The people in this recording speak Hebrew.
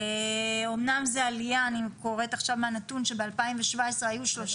אמנם זה עלייה אני קוראת עכשיו מהנתון שב-2017 היו 13%,